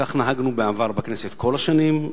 כך נהגנו בעבר בכנסת, כל השנים.